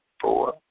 four